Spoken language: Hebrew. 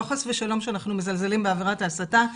לא חס ושלום שאנחנו מזלזלים בעבירת ההסתה.